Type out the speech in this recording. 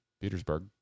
Petersburg